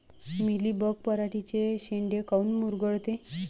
Mealybug पराटीचे चे शेंडे काऊन मुरगळते?